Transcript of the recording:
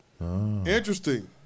Interesting